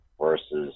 versus